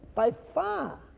by far.